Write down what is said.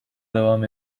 devam